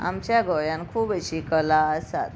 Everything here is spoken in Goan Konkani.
आमच्या गोंयांत खूब अशी कला आसात